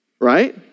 Right